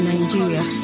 Nigeria